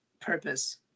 Purpose